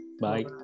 Bye